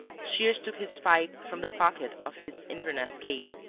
shears took his pipe from the pocket of his inverness cape,